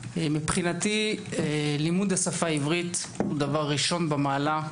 מבחינתי, לימוד השפה העברית הוא דבר ראשון במעלה.